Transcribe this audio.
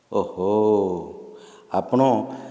ଓହୋ ଆପଣ